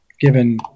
given